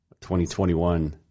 2021